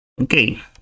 okay